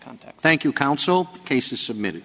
context thank you counsel cases submitted